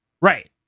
Right